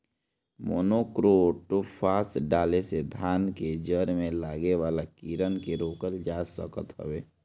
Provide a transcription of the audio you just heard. monocrotophos डाले से धान कअ जड़ में लागे वाला कीड़ान के रोकल जा सकत हवे